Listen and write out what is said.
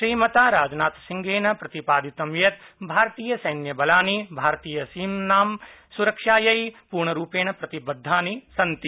श्रीमता सिंहेन प्रतिपादितं यत् भारतीयसैन्यबलानि भारतीयसीमप्रान्तानां सुरक्षायै पूर्णरुपेण प्रतिबद्धानि सन्ति